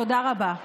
תודה רבה.